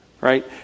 right